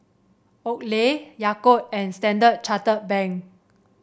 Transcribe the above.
Oakley Yakult and Standard Chartered Bank